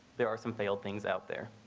there are some failed things out there.